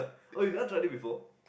oh you never tried it before